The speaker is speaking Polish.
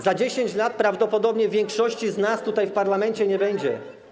Za 10 lat prawdopodobnie większości z nas tutaj, w parlamencie, nie będzie.